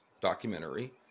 documentary